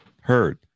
heard